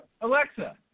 Alexa